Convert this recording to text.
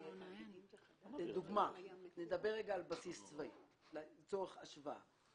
לדוגמה, נדבר על בסיס צבאי לצורך השוואה.